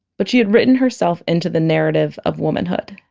but she had written herself into the narrative of womanhood.